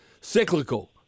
cyclical